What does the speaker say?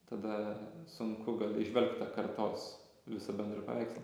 tada sunku įžvelgt tą kartos visą bendrą paveikslą